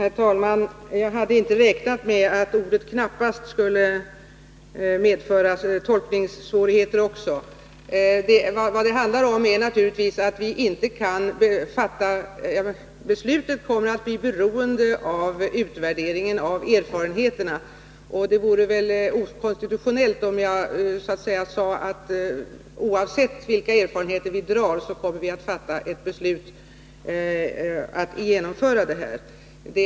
Herr talman! Jag hade inte räknat med att också ordet ”knappast” skulle medföra tolkningssvårigheter. Vad det handlar om är naturligtvis att beslutet kommer att bli beroende av utvärderingen av erfarenheterna. Det vore okonstitutionellt om jag sade att vi oavsett vilka erfarenheter vi gör kommer att fatta ett beslut om att genomföra detta.